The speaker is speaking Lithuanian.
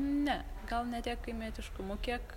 ne gal ne tiek kaimietiškumu kiek